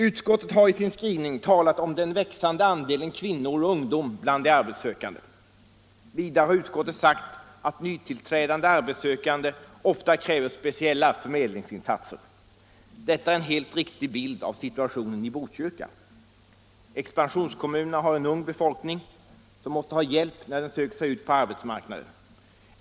Utskottet har i sin skrivning talat om den växande andelen kvinnor och ungdomar bland de arbetssökande. Vidare har utskottet sagt att nytillträdande arbetssökande ofta kräver speciella förmedlingsinsatser. Detta ären helt riktig bild av situationen i Botkyrka. Expansionskommunerna har en ung befolkning som måste ha hjälp när den söker sig ut på arbetsmarknaden.